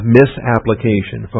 misapplication